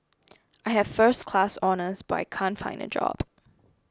I have first class honours but I can't find a job